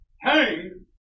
Hang